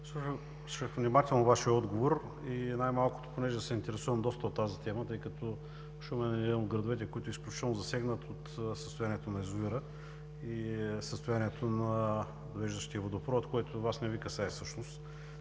Слушах внимателно Вашия отговор и понеже се интересувам доста от тази тема, тъй като Шумен е един от градовете, който е изключително засегнат от състоянието на язовира и състоянието на отвеждащия водопровод, което Вас не Ви касае всъщност,